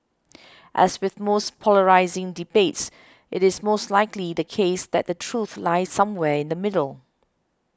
as with most polarising debates it is most likely the case that the truth lies somewhere in the middle